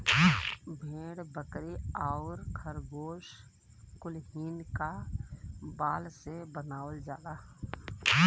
भेड़ बकरी आउर खरगोस कुलहीन क बाल से बनावल जाला